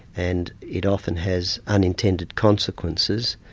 and it often has unintended consequences,